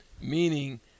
Meaning